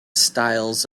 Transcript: styles